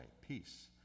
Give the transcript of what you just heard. peace